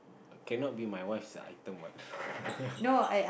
cannot be my wife's item what